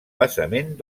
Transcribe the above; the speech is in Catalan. basament